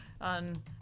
on